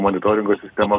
monitoringo sistema